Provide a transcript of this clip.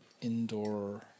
indoor